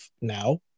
now